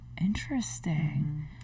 interesting